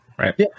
Right